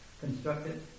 constructed